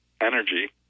energy